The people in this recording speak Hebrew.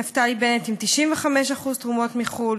נפתלי בנט עם 95% תרומות מחו"ל,